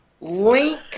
Link